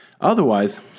Otherwise